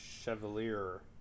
Chevalier